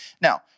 Now